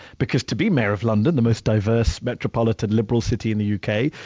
because to be mayor of london, the most diverse, metropolitan, liberal city in the u. k,